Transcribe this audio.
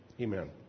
Amen